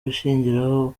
ashingiraho